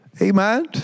Amen